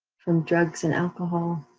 from drugs and alcohol.